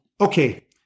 Okay